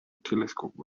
telescope